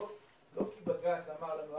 מחייבות לא מכיוון שבג"ץ אמר לנו,